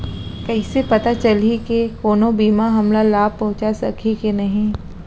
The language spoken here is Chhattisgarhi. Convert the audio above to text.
कइसे पता चलही के कोनो बीमा हमला लाभ पहूँचा सकही के नही